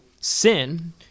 sin